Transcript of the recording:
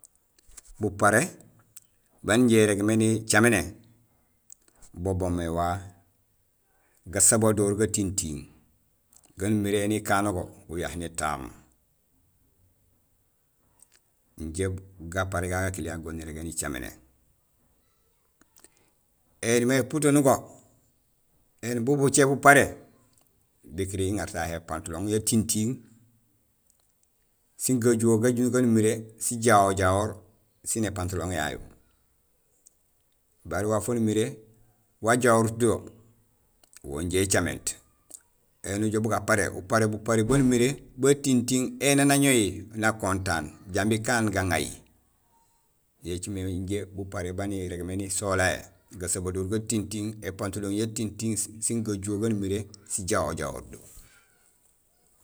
Buparé baan irégmé nicaméné bo boomé wa gsabadoor gatintiiŋ gaan umiré éni ikano go guya nétaam. Injé gaparé gagu gakiliya go nirégmé nicaméné. Éni may puto nugo, éni bu bucé buparé bun kiri uŋaar tahé épantalong yatintiiŋ siin gajuho, gajuho gaan umiré sijahoor jahoor siin épantulong yayu. Baré waaf wan umiré wa jahorut do wo injé icéménut. Éni ujoow bu gaparé, uparé buparé baan umiré ba tintiiŋ éni aan aŋowi nakontaan jambi kaan gaŋay. Yo écimé injé buparé baan irégmé nisolahé gasabadoor ga tintiiŋ, épantulong ya tintiiŋ siin gajuho gaan umiré sijahoor jahoor do.